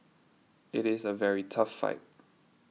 it is a very tough fight